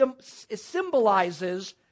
symbolizes